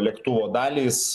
lėktuvo dalys